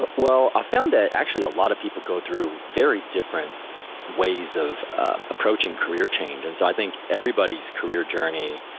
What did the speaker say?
but well, i've found that actually a lot of people go through very different ways of approaching career change. and so, i think everybody's career journey,